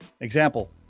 Example